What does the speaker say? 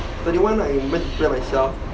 twenty one I went to celebrate myself